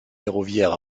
ferroviaire